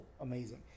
amazing